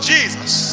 Jesus